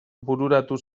bururatu